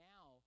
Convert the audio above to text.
Now